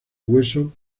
hueso